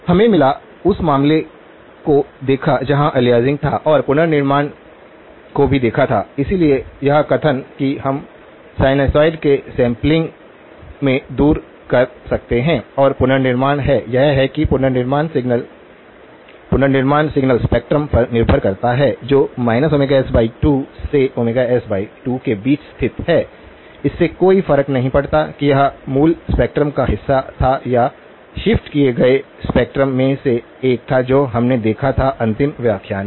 हमें मिला उस मामले को देखा जहां अलियासिंग था और पुनर्निर्माण को भी देखा था इसलिए यह कथन कि हम साइनसॉइड के सैंपलिंग में दूर कर सकते हैं और पुनर्निर्माण है यह है कि पुनर्निर्माण सिग्नल पुनर्निर्माण सिग्नल स्पेक्ट्रम पर निर्भर करता है जो s2 से s2 के बीच स्थित है इससे कोई फर्क नहीं पड़ता कि यह मूल स्पेक्ट्रम का हिस्सा था या शिफ्ट किए गए स्पेक्ट्रम में से एक था जो हमने देखा था अंतिम व्याख्यान में